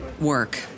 work